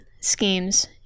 schemes